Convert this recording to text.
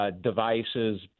devices